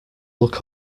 look